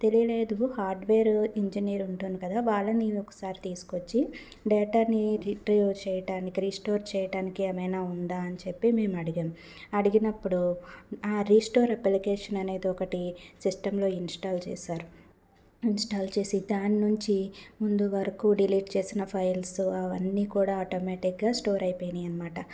తెలియలేదు hardware engineer ఉంటుంది కదా వాళ్ళని ఒకసారి తీసుకొచ్చి డేటాని రీస్టోర్ చేయడానికి రిస్టోర్ చేయడానికి ఏమైనా ఉందా అన్ చెప్పి మేము అడిగాము అడిగినప్పుడు ఆ రీస్టోర్ అప్లికేషన్ అనేది ఒకటి సిస్టంలో ఇన్స్టాల్ చేశారు ఇన్స్టాల్ చేసి దాన్నుంచి ముందు వరకు డిలీట్ చేసిన ఫైల్స్ అవన్నీ కూడా ఆటోమేటిక్గా స్టోర్ అయిపోయినాయన్మాట